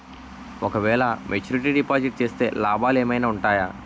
ఓ క వేల maturity deposit చేస్తే లాభాలు ఏమైనా ఉంటాయా?